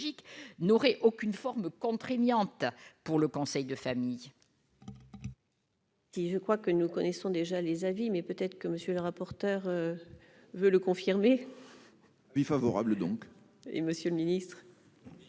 n'aurait aucune forme contraignante pour le conseil de famille.